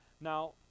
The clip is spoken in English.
Now